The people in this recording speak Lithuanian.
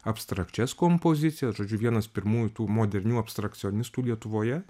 abstrakčias kompozicijas žodžiu vienas pirmųjų tų modernių abstrakcionistų lietuvoje